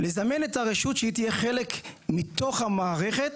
ולזמן את הרשות שהיא תהיה חלק מתוך המערכת